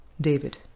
David